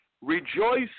rejoice